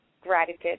gratitude